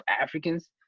Africans